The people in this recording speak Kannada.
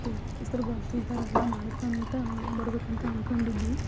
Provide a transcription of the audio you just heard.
ಉಪ್ಪಿಟ್ಟು ಕೇಸರಿ ಬಾತು ಈ ಥರ ಎಲ್ಲ ಮಾಡ್ಕೊಳ್ತಾ ಬರಬೇಕಂತ ಅಂದ್ಕೊಂಡಿದ್ವಿ